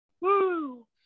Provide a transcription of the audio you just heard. Woo